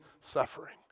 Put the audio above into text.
suffering